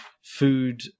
food